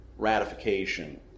ratification